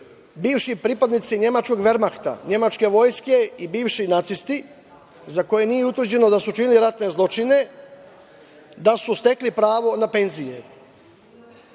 bivši pripadnici nemačkog Vermarhta, nemačke vojske i bivši nacisti, za koje nije utvrđeno da su učinili ratne zločine, da su stekli pravo na penzije.